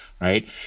right